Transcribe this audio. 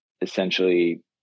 essentially